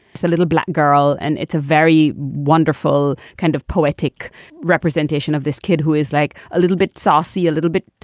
it's a little black girl. and it's a very wonderful kind of poetic representation of this kid who is like a little bit saucy, a little bit,